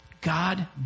God